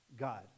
God